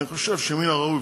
ואני חושב שמן הראוי,